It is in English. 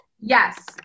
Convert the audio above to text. Yes